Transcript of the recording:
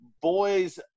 boys